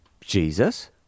Jesus